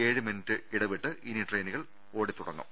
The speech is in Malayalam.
ഏഴ് മിനുട്ട് ഇടവിട്ട് ഇനി ട്രെയിനുകൾ ഓടിത്തുട ങ്ങും